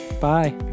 Bye